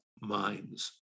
minds